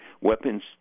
weapons